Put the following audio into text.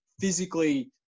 physically